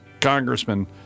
Congressman